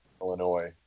Illinois